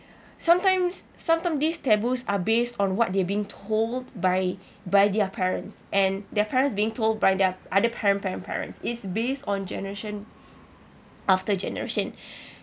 sometimes sometimes these taboos are based on what they've been told by by their parents and their parents being told by their other parent parent parents is based on generation after generation